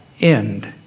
end